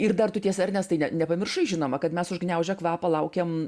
ir dar tu tiesa ernestai nepamiršai žinoma kad mes užgniaužę kvapą laukiam